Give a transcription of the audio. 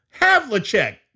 Havlicek